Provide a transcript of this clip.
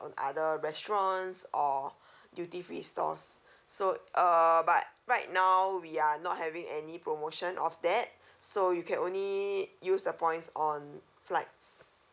on other restaurants or duty free stores so uh but right now we are not having any promotion of that so you can only use the points on flights